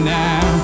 now